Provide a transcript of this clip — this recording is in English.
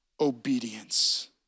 obedience